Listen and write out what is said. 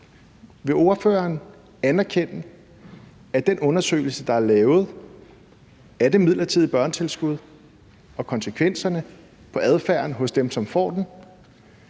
Vil ordføreren anerkende, at den undersøgelse, der er lavet af det midlertidige børnetilskud og konsekvenserne for adfærden hos dem, der får den,